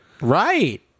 right